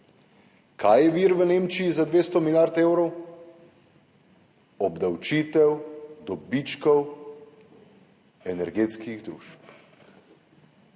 Kaj je vir v Nemčiji za 200 milijard evrov? Obdavčitev dobičkov energetskih družb.